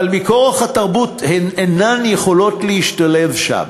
אבל מכורח התרבות הן אינן יכולות להשתלב בהם.